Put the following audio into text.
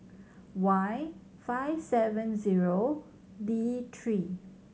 Y five seven zero D three